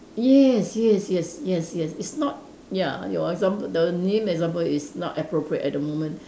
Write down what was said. yes yes yes yes yes it's not ya your example the name example is not appropriate at the moment